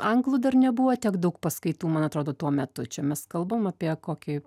anglų dar nebuvo tiek daug paskaitų man atrodo tuo metu čia mes kalbam apie kokį